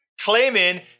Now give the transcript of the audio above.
Claiming